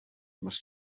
must